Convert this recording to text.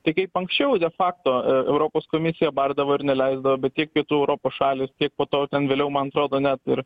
tai kaip anksčiau de fakto europos komisija bardavo ir neleisdavo bet tiek kitų europos šalys tiek po to ten vėliau man atrodo net ir